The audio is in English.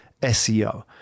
SEO